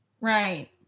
Right